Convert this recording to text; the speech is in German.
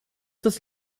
das